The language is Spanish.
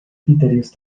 criterios